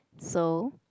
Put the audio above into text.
so